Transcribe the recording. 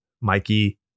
Mikey